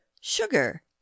sugar